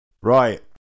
right